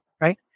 right